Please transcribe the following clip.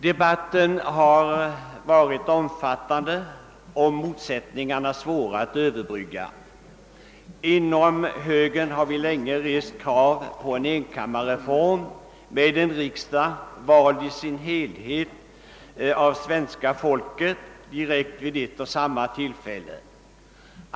Debatten har varit omfattande och motsättningarna svåra att överbrygga. Inom högern har vi länge rest krav på en enkammarreform med en riksdag, vald i sin helhet av svenska folket direkt vid ett och samma tillfälle.